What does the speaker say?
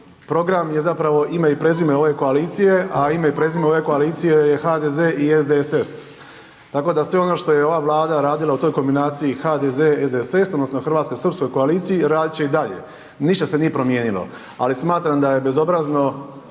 program je zapravo ime i prezime ove koalicije, a ime i prezime ove koalicije je HDZ i SDSS, tako da sve ono što je ova vlada radila u toj kombinaciji HDZ-SDSS odnosno hrvatsko-srpskoj koaliciji, radit će i dalje, ništa se nije promijenilo, ali smatram da je bezobrazno